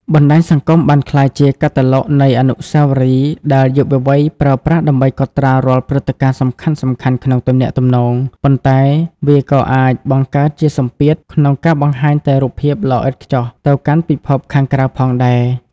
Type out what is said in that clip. បណ្ដាញសង្គមបានក្លាយជា «កាតាឡុក» នៃអនុស្សាវរីយ៍ ដែលយុវវ័យប្រើប្រាស់ដើម្បីកត់ត្រារាល់ព្រឹត្តិការណ៍សំខាន់ៗក្នុងទំនាក់ទំនង ប៉ុន្តែវាក៏អាចបង្កើតជាសម្ពាធក្នុងការបង្ហាញតែរូបភាពល្អឥតខ្ចោះទៅកាន់ពិភពខាងក្រៅផងដែរ។